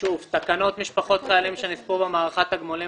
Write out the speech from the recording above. שוב תקנות משפחות חיילים שנספו במערכה (תגמולים